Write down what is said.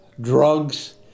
drugs